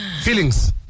Feelings